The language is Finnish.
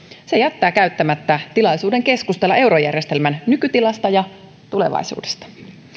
se jättää käyttämättä tilaisuuden keskustella eurojärjestelmän nykytilasta ja tulevaisuudesta